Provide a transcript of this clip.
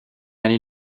année